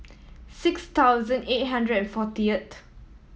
six thousand eight hundred and fortieth